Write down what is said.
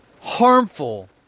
harmful